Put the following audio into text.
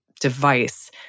device